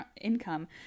income